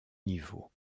niveaux